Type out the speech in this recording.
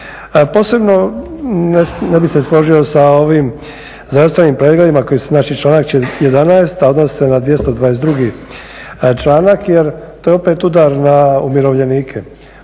Posebno ne bih se složio sa ovim zdravstvenim pregledima koji su, znači članak 11. a odnosi se na 222. članak, jer to je opet udar na umirovljenike.